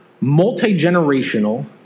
multi-generational